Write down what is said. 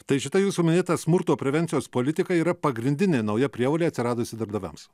tai šita jūsų minėta smurto prevencijos politika yra pagrindinė nauja prievolė atsiradusi darbdaviams